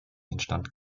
instand